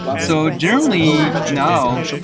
so generally, now,